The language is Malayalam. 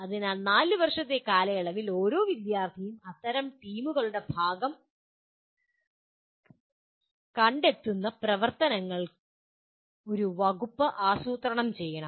അതിനാൽ 4 വർഷത്തെ കാലയളവിൽ ഓരോ വിദ്യാർത്ഥിയും അത്തരം ടീമുകളുടെ ഭാഗം കണ്ടെത്തുന്ന പ്രവർത്തനങ്ങൾ ഒരു വകുപ്പ് ആസൂത്രണം ചെയ്യണം